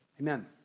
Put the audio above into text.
amen